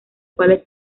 cuales